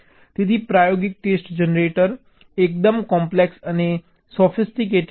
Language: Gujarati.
તેથી પ્રાયોગિક ટેસ્ટ જનરેટર એકદમ કોમ્પ્લેક્સ અને સોફિસ્ટિકેટેડ છે